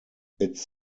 its